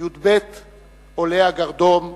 י"ב עולי הגרדום,